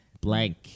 Blank